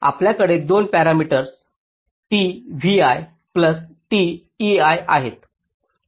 तर आपल्याकडे 2 parameters t vi plus t ei आहेत